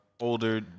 older